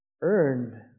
earned